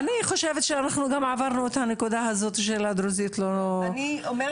אני חושבת שאנחנו גם עברנו את הנקודה הזאת שהדרוזיות לא נוהגות,